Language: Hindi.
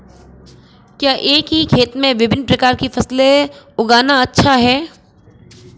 क्या एक ही खेत में विभिन्न प्रकार की फसलें उगाना अच्छा है?